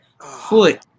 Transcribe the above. foot